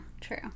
true